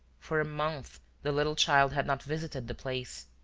for a month the little child had not visited the place.